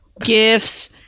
gifts